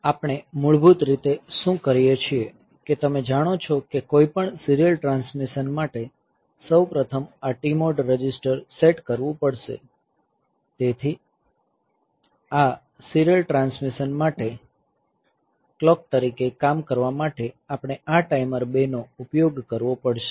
આપણે મૂળભૂત રીતે શું કરીએ છીએ કે તમે જાણો છો કે કોઈપણ સીરીયલ ટ્રાન્સમિશન માટે સૌ પ્રથમ આ TMOD રજિસ્ટર સેટ કરવું પડશે તેથી આ સીરીયલ ટ્રાન્સમિશન માટે કલોક તરીકે કામ કરવા માટે આપણે આ ટાઈમર 2 નો ઉપયોગ કરવો પડશે